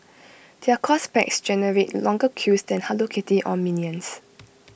their course packs generate longer queues than hello kitty or minions